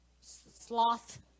sloth